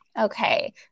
Okay